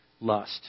lust